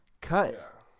Cut